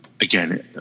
again